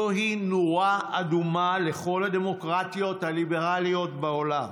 זוהי נורה אדומה לכל הדמוקרטיות הליברליות בעולם,